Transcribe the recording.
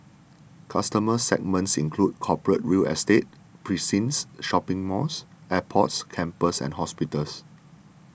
customer segments include corporate real estate precincts shopping malls airports campuses and hospitals